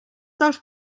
dels